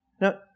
Now